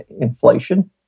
inflation